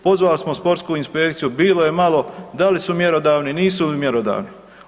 Pozvali smo sportsku inspekciju, bilo je malo, da li su mjerodavni, nisu mjerodavni.